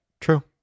True